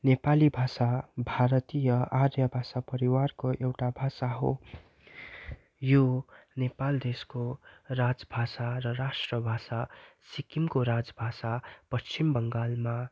नेपाली भाषा भारतीय आर्य भाषा परिवारको एउटा भाषा हो यो नेपाल देशको राजभाषा र राष्ट्रभाषा सिक्किमको राजभाषा पश्चिम बङ्गालमा